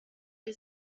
que